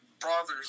brothers